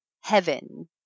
Heaven